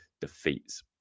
defeats